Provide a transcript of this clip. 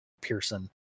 Pearson